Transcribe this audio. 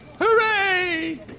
Hooray